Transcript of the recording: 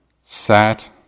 sat